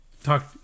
talk